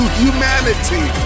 humanity